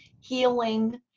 Healing